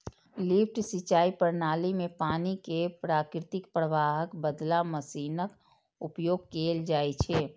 lift सिंचाइ प्रणाली मे पानि कें प्राकृतिक प्रवाहक बदला मशीनक उपयोग कैल जाइ छै